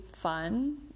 fun